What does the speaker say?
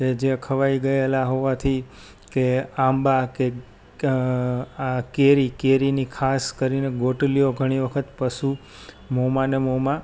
કે જે ખવાઈ ગયેલા હોવાથી કે આંબા કે કેરી કેરીની ખાસ કરીને ગોટલીઓ ઘણી વખત પશુ મોંમાં અને મોંમાં